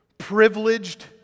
Privileged